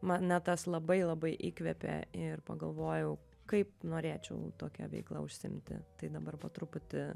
man ne tas labai labai įkvepia ir pagalvojau kaip norėčiau tokia veikla užsiimti tai dabar po truputį